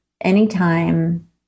anytime